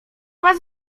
was